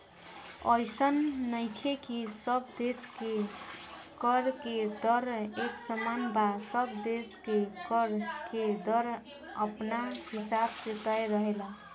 अइसन नइखे की सब देश के कर के दर एक समान बा सब देश के कर के दर अपना हिसाब से तय रहेला